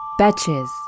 Batches